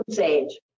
age